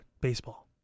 baseball